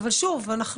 אבל שוב,